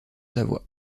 savoie